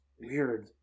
weird